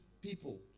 people